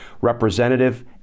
Representative